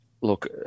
Look